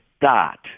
dot